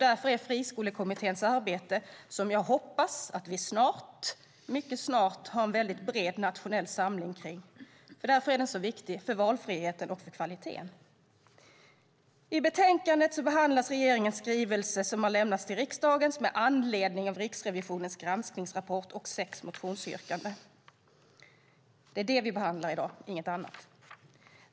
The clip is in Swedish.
Därför är också Friskolekommitténs arbete, som jag hoppas att vi mycket snart har en väldigt bred nationell samling kring, så viktig för valfriheten och kvaliteten. I betänkandet behandlas regeringens skrivelse, som har lämnats till riksdagen med anledning av Riksrevisionens granskningsrapport, och sex motionsyrkanden. Det är det vi behandlar i dag, ingenting annat.